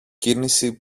κίνηση